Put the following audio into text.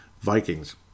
Vikings